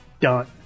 done